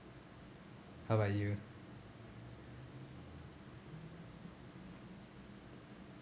how about you